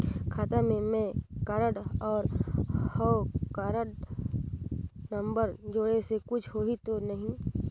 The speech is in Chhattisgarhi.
खाता मे पैन कारड और हव कारड नंबर जोड़े से कुछ होही तो नइ?